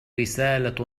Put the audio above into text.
رسالة